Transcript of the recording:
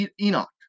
Enoch